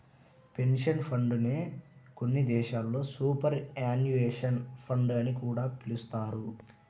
pension fund నే కొన్ని దేశాల్లో సూపర్ యాన్యుయేషన్ ఫండ్ అని కూడా పిలుస్తారు